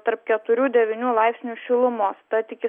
tarp keturių devynių laipsnių šilumos tad iki savaitgalio vėl laikysis